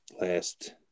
last